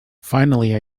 finally